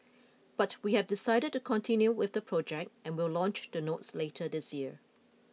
but we have decided to continue with the project and will launch the notes later this year